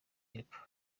y’epfo